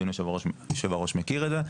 אדוני יושב הראש מכיר את זה,